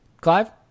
Clive